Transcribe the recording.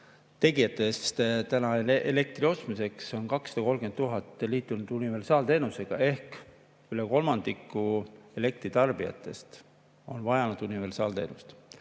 tegijast on elektri ostmiseks 230 000 liitunud universaalteenusega ehk üle kolmandiku elektritarbijatest on vajanud universaalteenust.